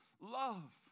love